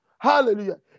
Hallelujah